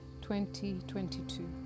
2022